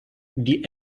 die